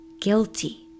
guilty